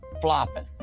Flopping